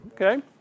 Okay